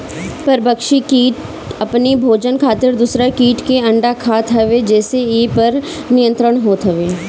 परभक्षी किट अपनी भोजन खातिर दूसरा किट के अंडा खात हवे जेसे इ पर नियंत्रण होत हवे